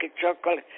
chocolate